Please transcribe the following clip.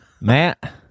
Matt